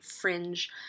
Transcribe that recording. fringe